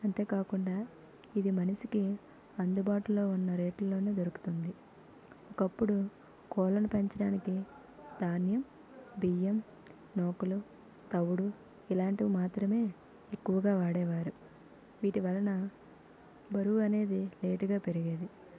అంతేకాకుండా ఇవి మనిసికి అందుబాటులో ఉన్న రేట్లలోనే దొరుకుతుంది ఒకప్పుడు కోళ్ళను పెంచడానికి ధాన్యం బియ్యం నూకలు తవుడు ఇలాంటివి మాత్రమే ఎక్కువగా వాడేవారు వీటివలన బరువు అనేది లేటుగా పెరిగేది